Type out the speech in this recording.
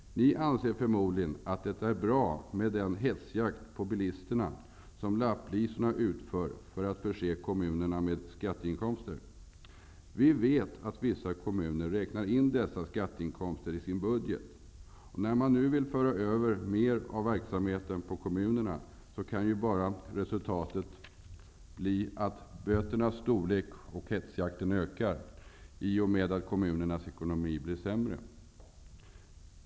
Ni anser förmodligen att den hetsjakt som lapplisorna utför på bilisterna är till för att förse kommunerna med skatteinkomster. Vi vet att vissa kommuner räknar med dessa inkomster i sin budget. När man nu vill föra över mera av verksamheten till kommunerna, kan resultatet bara bli att böternas storlek och hetsjakten ökar i och med att kommunernas ekonomi blir sämre.